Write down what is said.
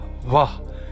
wow